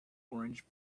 orange